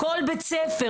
כל בית ספר,